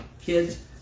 kids